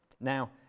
Now